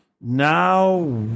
now